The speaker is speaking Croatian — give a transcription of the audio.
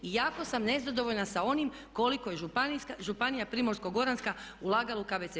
I jako sam nezadovoljna sa onim koliko je županija Primorsko-goranska ulagala u KBC.